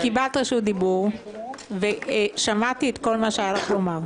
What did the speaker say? את קיבלת רשות דיבור ושמעתי את כל מה שהיה לך לומר.